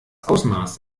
ausmaß